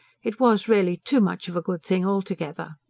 it was really too much of a good thing altogether.